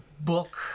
book